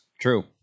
True